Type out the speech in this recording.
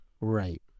Right